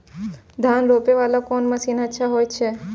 धान रोपे वाला कोन मशीन अच्छा होय छे?